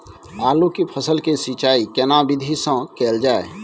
आलू के फसल के सिंचाई केना विधी स कैल जाए?